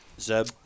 Zeb